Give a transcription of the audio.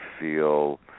feel